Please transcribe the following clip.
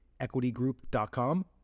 EquityGroup.com